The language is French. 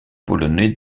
polonais